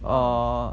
!wow!